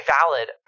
valid